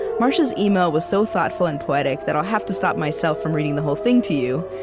marcia's email was so thoughtful and poetic that i'll have to stop myself from reading the whole thing to you.